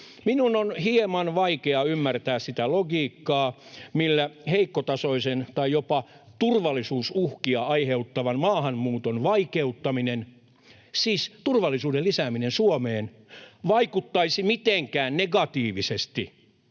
Minun on hieman vaikea ymmärtää sitä logiikkaa, millä heikkotasoisen tai jopa turvallisuusuhkia aiheuttavan maahanmuuton vaikeuttaminen, siis turvallisuuden lisääminen Suomeen, vaikuttaisi mitenkään negatiivisesti